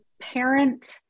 parent